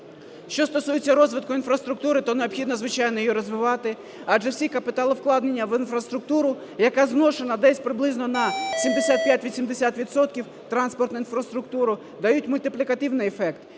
Що стосується розвитку інфраструктури, то необхідно, звичайно, її розвивати, адже всі капіталовкладення в інфраструктуру, яка зношена десь приблизно на 75-80 відсотків, транспортну інфраструктуру, дають мультиплікативний ефект.